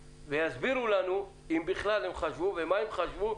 ויסבירו לנו אם בכלל הם חשבו ומה הם חשבו,